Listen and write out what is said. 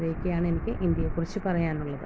അത്രയൊക്കെയാണ് എനിക്ക് ഇന്ത്യയെ കുറിച്ച് പറയാനുള്ളത്